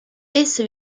esso